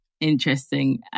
interesting